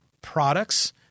products